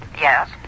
Yes